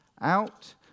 out